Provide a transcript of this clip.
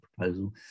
proposal